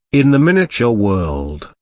in the miniature world,